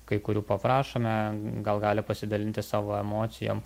kai kurių paprašome gal gali pasidalinti savo emocijom